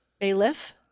Bailiff